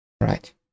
Right